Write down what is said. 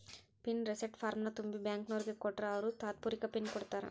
pin reset ಫಾರ್ಮ್ನ ತುಂಬಿ ಬ್ಯಾಂಕ್ನೋರಿಗ್ ಕೊಟ್ರ ಅವ್ರು ತಾತ್ಪೂರ್ತೆಕ ಪಿನ್ ಕೊಡ್ತಾರಾ